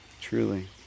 Truly